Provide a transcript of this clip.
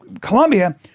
Colombia